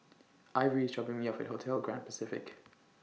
Ivory IS dropping Me off At Hotel Grand Pacific